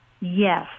Yes